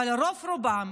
אבל רוב-רובם,